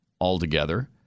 altogether